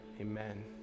Amen